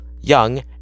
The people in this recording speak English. young